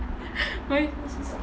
why